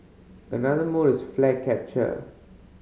another mode is flag capture